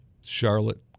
Charlotte